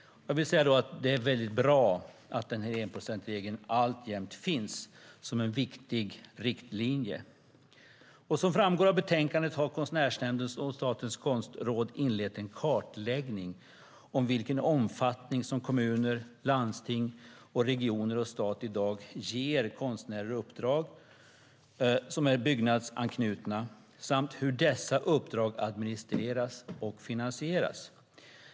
Det är väldigt bra att enprocentsregeln alltjämt finns som en viktig riktlinje. Som framgår av betänkandet har Konstnärsnämnden och Statens konstråd inlett en kartläggning av i vilken omfattning som kommuner, landsting, regioner och stat i dag ger konstnärer uppdrag som är byggnadsanknutna samt hur dessa uppdrag administreras och finansieras.